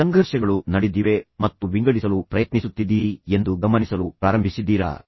ಈಗ ನೀವು ಸಂಘರ್ಷಗಳು ನಡೆದಿವೆ ಮತ್ತು ನಂತರ ನೀವು ವಿಂಗಡಿಸಲು ಪ್ರಯತ್ನಿಸುತ್ತಿದ್ದೀರಿ ಎಂದು ಗಮನಿಸಲು ಪ್ರಾರಂಭಿಸಿದ್ದೀರಾ